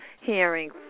hearing